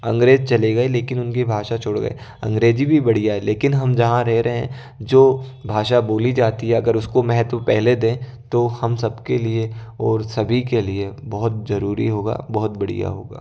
अंग्रेज़ चले गए लेकिन उनकी भाषा छोड़ गए अंग्रेज़ी भी बढ़िया है लेकिन हम जहाँ रेह रहे हैं जो भाषा बोली जाती है अगर उसको महत्व पहले दें तो हम सबके लिए और सभी के लिए बहुत ज़रूरी होगा बहुत बढ़िया होगा